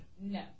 No